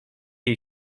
jej